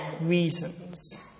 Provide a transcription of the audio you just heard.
reasons